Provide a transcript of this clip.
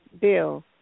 bill